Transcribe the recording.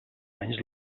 anys